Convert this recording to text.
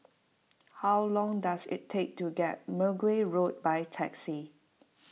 how long does it take to get Mergui Road by taxi